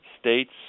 States